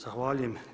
Zahvaljujem.